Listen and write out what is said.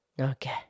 Okay